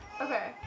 Okay